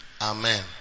Amen